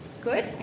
Good